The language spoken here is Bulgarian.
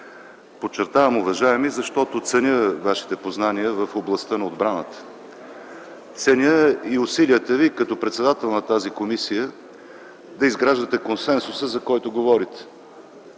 подчертавам – уважаеми, защото ценя Вашите познания в областта на отбраната. Ценя и усилията Ви като председател на тази комисия да изграждате консенсуса, за който говорите.